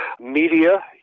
Media